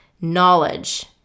knowledge